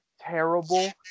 terrible